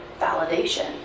validation